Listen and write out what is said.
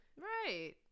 right